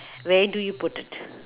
where do you put it